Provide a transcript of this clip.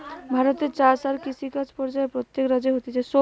ভারতে চাষ আর কৃষিকাজ পর্যায়ে প্রত্যেক রাজ্যে হতিছে